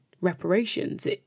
reparations